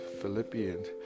Philippians